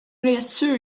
reassure